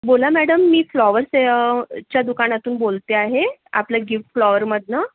बोला मॅडम मी फ्लॉवर से च्या दुकानातून बोलते आहे आपल्या गिफ्ट फ्लॉवरमधनं